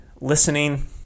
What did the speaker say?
listening